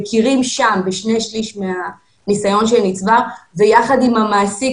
מכירים שם בשני שלישים מהניסיון שנצבר ויחד עם המעסיק